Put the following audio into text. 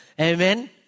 amen